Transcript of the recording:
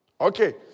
Okay